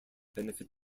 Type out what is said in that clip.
benefit